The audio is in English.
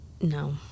no